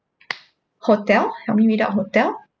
hotel help me read out hotel